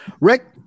Rick